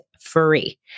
free